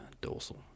dorsal